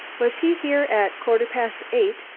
was he here at quarter past eight?